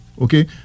okay